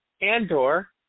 Andor